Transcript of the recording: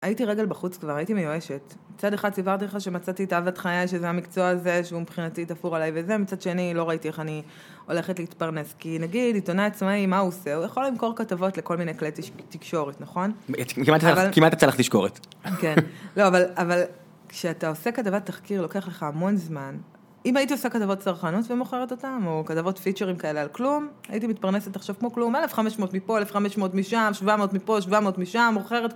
הייתי רגל בחוץ כבר, הייתי מיואשת. מצד אחד סיפרתי לך שמצאתי את אהבת חיי, שזה המקצוע הזה שהוא מבחינתי תפור עליי וזה, מצד שני, לא ראיתי איך אני הולכת להתפרנס. כי נגיד עיתונאי עצמאי, מה עושה? הוא יכול למכור כתבות לכל מיני כלי תקשורת, נכון? כמעט יצא לך תשקורת. כן. לא, אבל, אבל כשאתה עושה כתבת תחקיר, לוקח לך המון זמן. אם הייתי עושה כתבות צרכנות ומוכרת אותן, או כתבות פיצ'רים כאלה על כלום, הייתי מתפרנסת עכשיו כמו כלום, 1,500 מפה, 1,500 משם, 700 מפה, 700 משם, מוכרת.